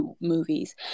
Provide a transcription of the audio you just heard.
movies